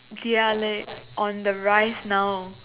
they're leh on the rise now